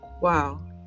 Wow